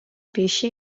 pesci